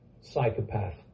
psychopath